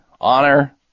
honor